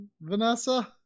Vanessa